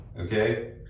Okay